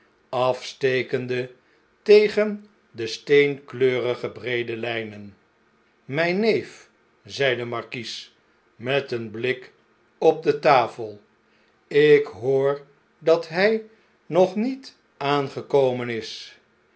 afstekende tegen de steenkleurige breede lijnen b mp neef zei de markies met een blik op de tafel ik hoor dat hjj nog niet aangekomen is